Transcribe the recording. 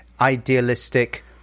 idealistic